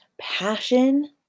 passion